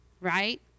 right